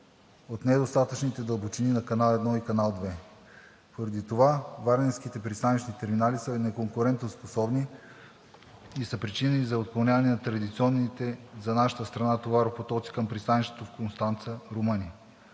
от недостатъчните дълбочини на канал едно и канал две. Поради това варненските пристанищни терминали са неконкурентно способни и са причина за отклоняване на традиционните за нашата страна товаропотоци към пристанището в Констанца – Румъния.